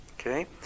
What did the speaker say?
Okay